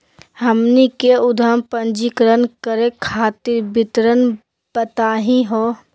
हमनी के उद्यम पंजीकरण करे खातीर विवरण बताही हो?